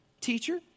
Teacher